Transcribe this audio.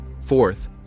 Fourth